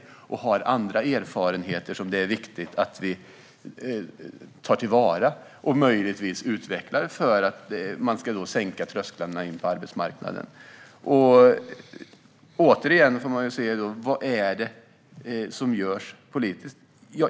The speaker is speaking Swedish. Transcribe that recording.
De har förmodligen andra erfarenheter som det är viktigt att vi tar till vara och - om möjligt - utvecklar för att sänka trösklarna in på arbetsmarknaden. Vad är det då som görs politiskt?